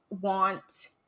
want